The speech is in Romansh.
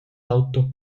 auto